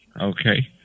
okay